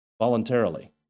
Voluntarily